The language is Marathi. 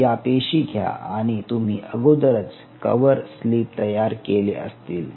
या पेशी घ्या आणि तुम्ही अगोदरच कव्हर स्लिप तयार केले असतील